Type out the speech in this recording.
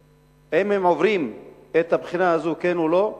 האם הם עוברים את הבחינה הזאת, כן או לא?